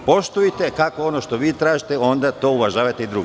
Poštujete kako ono što vi tražite, pa onda to uvažavajte i druge.